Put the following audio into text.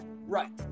Right